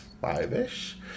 five-ish